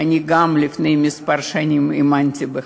גם אני לפני כמה שנים האמנתי בך.